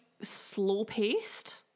slow-paced